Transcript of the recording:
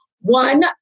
one